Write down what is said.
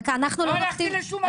לא הלכתי לשום מקום.